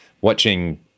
watching-